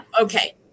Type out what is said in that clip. okay